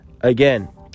again